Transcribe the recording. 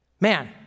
Man